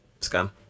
Scam